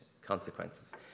consequences